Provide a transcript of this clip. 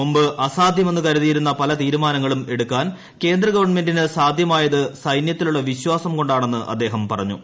മുമ്പ് അസാധ്യമെന്ന് കരുതിയിരുന്ന പല തീരുമാനങ്ങളും എടുക്കാൻ കേന്ദ്രഗവൺമെന്റിന് സാധ്യമായത് സൈന്യത്തിലുള്ള പ്രിശ്ീസം കൊണ്ടാണെന്ന് അദ്ദേഹം പറഞ്ഞു